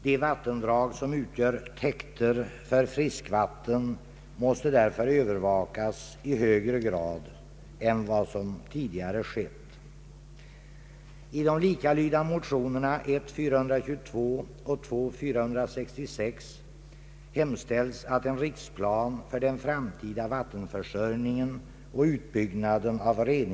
De vattendrag som utgör täkter för friskvatten måste därför övervakas i högre grad än vad som tidigare skett.